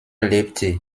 lebte